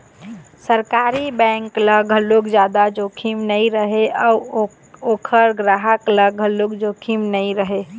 सरकारी बेंक ल घलोक जादा जोखिम नइ रहय अउ ओखर गराहक ल घलोक जोखिम नइ रहय